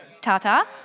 ta-ta